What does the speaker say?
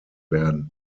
werden